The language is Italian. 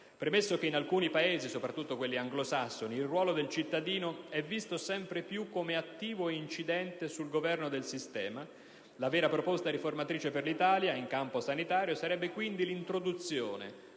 soluzioni; in alcuni Paesi (soprattutto quelli anglosassoni), il ruolo del cittadino è visto sempre più come attivo e incidente sul governo del sistema. La vera proposta riformatrice per l'Italia in campo sanitario sarebbe l'introduzione